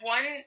One